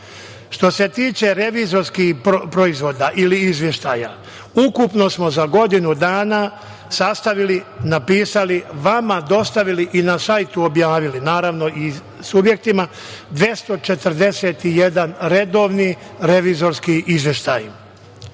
se tiče revizorskih proizvoda ili izveštaja, ukupno smo za godinu dana sastavili, napisali, vama dostavili i na sajtu objavili, naravno i subjektima, 241 redovni revizorski izveštaj,